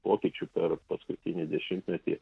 pokyčių per paskutinį dešimtmetį